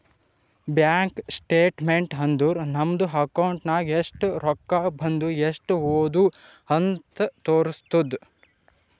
bank statement ಅಂದುರ್ ನಮ್ದು account ನಾಗ್ ಎಸ್ಟ್ ರೊಕ್ಕಾ ಬಂದು ಎಸ್ಟ್ ಹೋದು ಅಂತ್ ತೋರುಸ್ತುದ್